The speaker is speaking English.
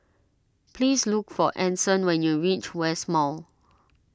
please look for Anson when you reach West Mall